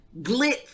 glitz